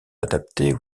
adaptés